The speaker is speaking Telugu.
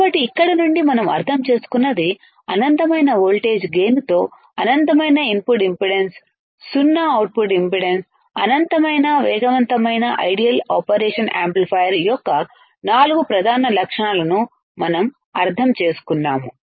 కాబట్టి ఇక్కడ నుండి మనం అర్థం చేసుకున్నది అనంతమైనవోల్టేజ్ గైన్తో అనంతమైన ఇన్పుట్ ఇంపిడెన్స్ సున్నా అవుట్పుట్ ఇంపిడెన్స్ అనంతమైన వేగవంతమైన ఐడియల్ ఆపరేషన్ యాంప్లిఫైయర్ యొక్క నాలుగు ప్రధాన లక్షణాలను మనం అర్థం చేసుకున్నాము